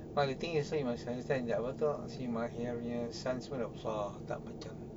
but the thing also you must understand that apa tu si mail punya sons semua dah besar tak macam